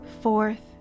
fourth